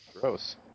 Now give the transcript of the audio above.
gross